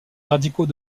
radicaux